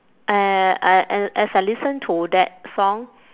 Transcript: and and and as I listen to that song